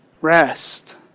Rest